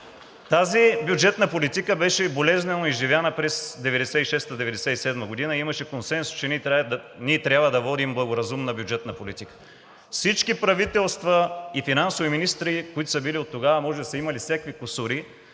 Тази бюджетна политика беше болезнено изживяна през 1996 – 1997 г. и имаше консенсус, че ние трябва да водим благоразумна бюджетна политика. Всички правителства и финансови министри, които са били тогава, може да са имали всякакви кусури,